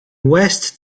west